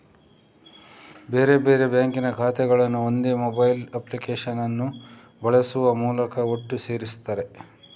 ಬೇರೆ ಬೇರೆ ಬ್ಯಾಂಕಿನ ಖಾತೆಗಳನ್ನ ಒಂದೇ ಮೊಬೈಲ್ ಅಪ್ಲಿಕೇಶನ್ ಅನ್ನು ಬಳಸುವ ಮೂಲಕ ಒಟ್ಟು ಸೇರಿಸ್ತಾರೆ